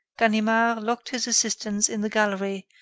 ganimard locked his assistants in the gallery,